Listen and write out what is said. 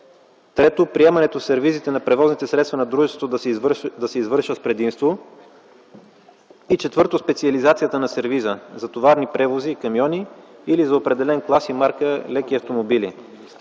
Трето, приемането в сервизите превозните средства на дружеството да се извършва с предимство, и четвърто – специализацията на сервиза за товарни превози и камиони или за определен клас и марка леки автомобили.